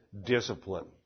discipline